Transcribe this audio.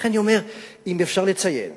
ולכן אני אומר, אם אפשר לציין